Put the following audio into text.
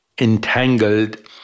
entangled